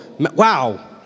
Wow